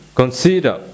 consider